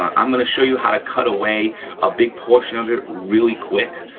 um i'm gonna show you how to cut away a big portion of it really quick,